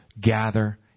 gather